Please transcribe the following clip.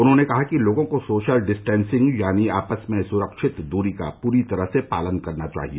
उन्होंने कहा कि लोगों को सोशल डिस्टेन्सिंग यानी आपस में सुरक्षित दूरी का पूरी तरह से पालन करना चाहिए